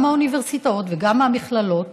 גם מהאוניברסיטאות וגם מהמכללות,